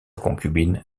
concubine